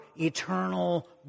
eternal